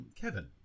Kevin